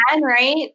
right